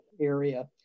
area